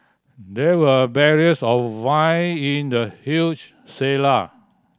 there were barrels of wine in the huge cellar